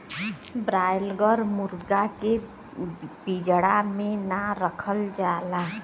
broiler मुरगा के पिजड़ा में ना रखल जाला